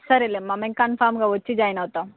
సరేలే అమ్మా మేము కంఫర్మ్గా వచ్చి జాయిన్ అవుతాము